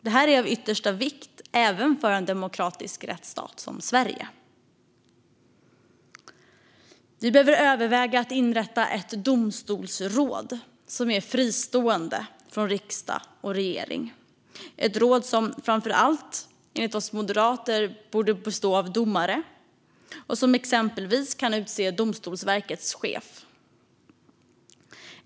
Det är av yttersta vikt även för en demokratisk rättsstat som Sverige. Vi behöver överväga att inrätta ett domstolsråd som är fristående från riksdag och regering - ett råd som framför allt, enligt oss moderater, bör bestå av domare och som exempelvis kan utse Domstolsverkets chef.